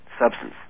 substance